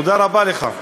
תודה רבה לך.